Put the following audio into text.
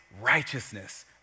righteousness